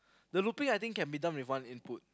the looping I think can be done with one input